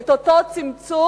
את אותו צמצום